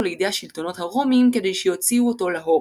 לידי השלטונות הרומיים כדי שיוציאו אותו להורג.